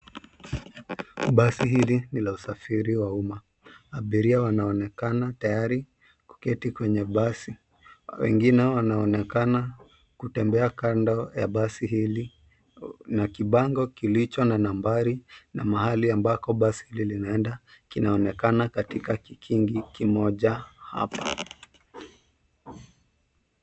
Basi hili nila usafiri wa umma, abiria wanaonekana tayari kuketi kwenye basi, wengine wanaonekana kutembea kando ya basi hili, na kibango kilicho na nambari na mahali ambako basi hili linaenda kinaonekana katika kikingi kimoja hapa.